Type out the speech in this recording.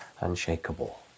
unshakable